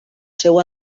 seu